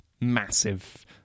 massive